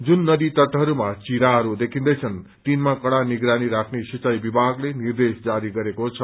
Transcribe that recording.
जुन नही तटहरूमा चिराहरू देखिन्दैछन् तिनमा कड़ा निगरानी राख्ने सिंचाई विभागले निर्देश जारी गरेको छ